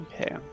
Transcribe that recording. Okay